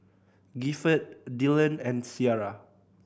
Gifford Dillan and Ciarra